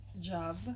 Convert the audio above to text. job